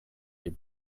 die